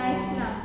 ah